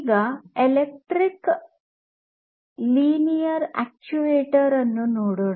ಈಗ ಈ electric linear actuator ಅನ್ನು ನೋಡೋಣ